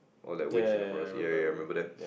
or like witch in the forest ya ya remember that